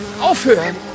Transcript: Aufhören